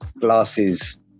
glasses